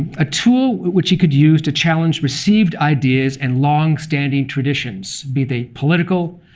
a tool which he could use to challenge received ideas and long-standing traditions, be they political,